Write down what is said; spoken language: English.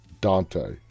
Dante